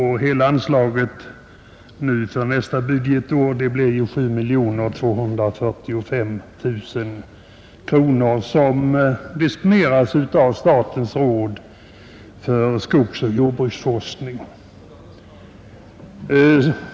Hela anslaget för nästa budgetår som disponeras av statens råd för skogsoch jordbruksforskning föreslås av Kungl. Maj:t bli 7 245 000 kronor.